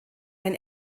ein